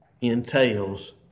entails